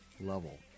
level